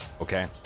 Okay